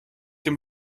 dem